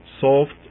soft